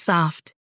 Soft